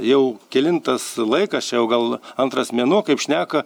jau kelintas laikas čia jau gal antras mėnuo kaip šneka